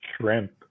shrimp